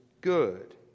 good